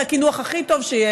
כי קרמבו זה הקינוח הכי טוב שיש,